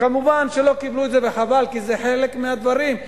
כמובן שלא קיבלו את זה, וחבל, כי זה חלק מהדברים.